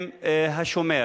עם השומר.